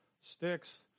sticks